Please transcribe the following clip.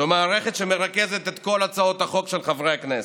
זו מערכת שמרכזת את כל הצעות החוק של חברי הכנסת,